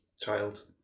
child